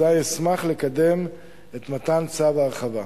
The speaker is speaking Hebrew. אזי אשמח לקדם את מתן צו ההרחבה.